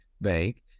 bank